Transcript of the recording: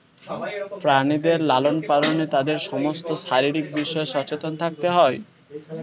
প্রাণীদের লালন পালনে তাদের সমস্ত শারীরিক বিষয়ে সচেতন থাকতে হয়